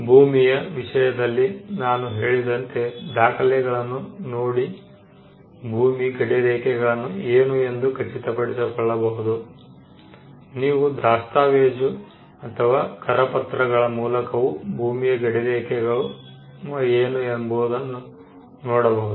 ಭೂಮಿಯ ವಿಷಯದಲ್ಲಿ ನಾನು ಹೇಳಿದಂತೆ ದಾಖಲೆಗಳನ್ನು ನೋಡಿ ಭೂಮಿಯ ಗಡಿರೇಖೆಗಳು ಏನು ಎಂದು ಖಚಿತಪಡಿಸಿಕೊಳ್ಳಬಹುದು ನೀವು ದಾಸ್ತಾವೇಜು ಅಥವಾ ಕರಪತ್ರಗಳ ಮೂಲಕವೂ ಭೂಮಿಯ ಗಡಿರೇಖೆಗಳು ಏನು ಎಂಬುದನ್ನು ನೋಡಬಹುದು